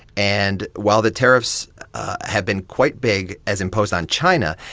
and while the tariffs have been quite big as imposed on china,